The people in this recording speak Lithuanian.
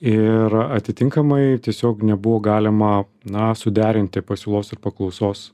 ir atitinkamai tiesiog nebuvo galima na suderinti pasiūlos ir paklausos